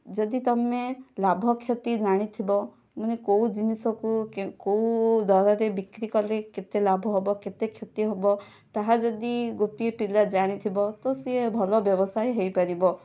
ଯଦି ତୁମେ ଲାଭ କ୍ଷତି ଜାଣିଥିବ ମାନେ କେଉଁ ଜିନିଷ କୁ କେଉଁ ଦରରେ ବିକ୍ରି କଲେ କେତେ ଲାଭ ହେବ କେତେ କ୍ଷତି ହେବ ତାହା ଯଦି ଗୋଟିଏ ପିଲା ଜାଣିଥିବ ତ ସେ ଭଲ ବ୍ୟବସାୟୀ ହୋଇପାରିବ